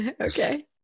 Okay